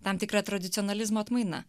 tam tikra tradicionalizmo atmaina